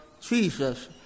Jesus